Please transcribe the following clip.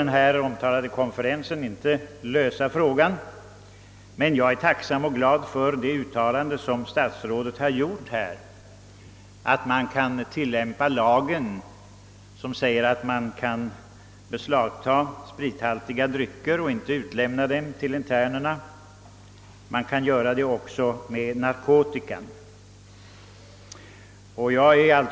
Den omnämnda konferensen kunde inte lösa denna fråga, men jag är glad och tacksam för det uttalande som statsrådet Kling nu gjort, nämligen att man kan tillämpa lagen om behandling i fångvårdsanstalt i detta fall, enligt vilken sprithaltiga drycker och andra berusningsmedel kan beslagtas utan att sedan behöva utlämnas till internerna igen. Denna bestämmelse kan alltså tilllämpas också beträffande narkotika.